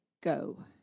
go